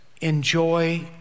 enjoy